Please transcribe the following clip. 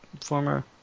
former